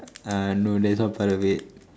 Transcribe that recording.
uh no that's not part of it